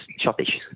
shortage